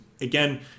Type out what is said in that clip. again